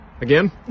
Again